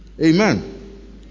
Amen